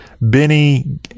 Benny